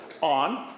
on